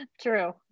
True